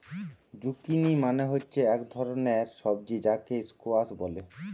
zucchini মানে হচ্ছে এক ধরণের সবজি যাকে স্কোয়াস বলে